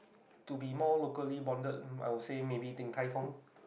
to be more locally bonded I would say maybe Din-Tai-Fung